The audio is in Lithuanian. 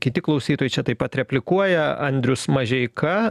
kiti klausytojai čia taip pat replikuoja andrius mažeika